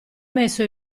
messo